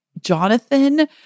Jonathan